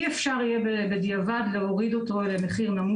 אי אפשר יהיה בדיעבד להוריד אותו למחיר נמוך יותר.